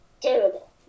terrible